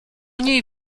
niej